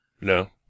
No